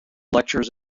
lectures